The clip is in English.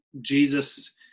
Jesus